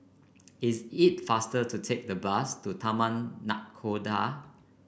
is it faster to take the bus to Taman Nakhoda